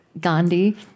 Gandhi